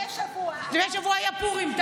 לפני שבוע היה פורים.